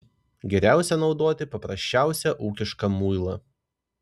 geriausia naudoti paprasčiausią ūkišką muilą